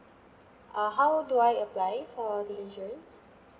ah how do I apply for the insurance